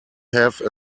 have